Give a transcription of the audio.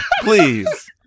Please